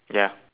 ya